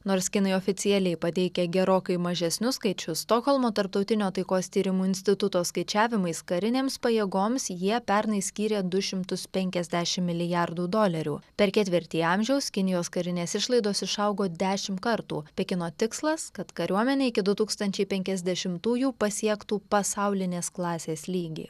nors kinai oficialiai pateikė gerokai mažesnius skaičius stokholmo tarptautinio taikos tyrimų instituto skaičiavimais karinėms pajėgoms jie pernai skyrė du šimtus penkiasdešimt milijardų dolerių per ketvirtį amžiaus kinijos karinės išlaidos išaugo dešimt kartų pekino tikslas kad kariuomenė iki du tūkstančiai penkiasdešimtųjų pasiektų pasaulinės klasės lygį